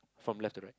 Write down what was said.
from left to right